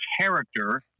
character